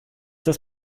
das